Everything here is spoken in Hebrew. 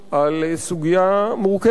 על סוגיה מורכבת.